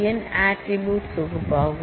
An attributes தொகுப்பாகும்